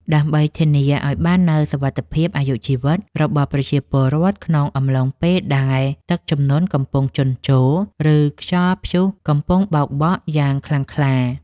ដើម្បីធានាឱ្យបាននូវសុវត្ថិភាពអាយុជីវិតរបស់ប្រជាពលរដ្ឋក្នុងអំឡុងពេលដែលទឹកជំនន់កំពុងជន់ជោរ ឬខ្យល់ព្យុះកំពុងបោកបក់យ៉ាងខ្លាំងក្លា។